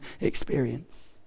experience